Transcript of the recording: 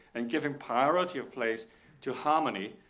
and giving priority of place to harmony.